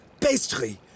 pastry